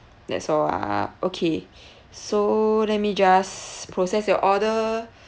that's all ah okay so let me just process your order